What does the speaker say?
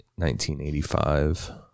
1985